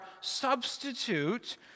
substitute